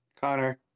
Connor